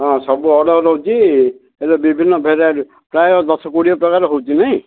ହଁ ସବୁ ଅର୍ଡ଼ର ରହୁଛି ଏବେ ବିଭିନ୍ନ ଭେରାଇଟି ପ୍ରାୟ ଦଶ କୋଡ଼ିଏ ପ୍ରକାର ହେଉଛି ନାଇଁ